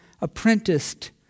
apprenticed